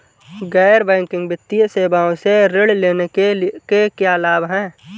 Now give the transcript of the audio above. गैर बैंकिंग वित्तीय सेवाओं से ऋण लेने के क्या लाभ हैं?